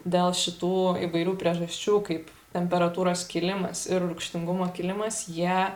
dėl šitų įvairių priežasčių kaip temperatūros kilimas ir rūgštingumo kilimas jie